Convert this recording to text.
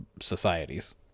societies